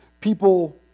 People